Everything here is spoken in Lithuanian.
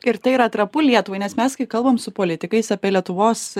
ir tai yra trapu lietuvai nes mes kai kalbam su politikais apie lietuvos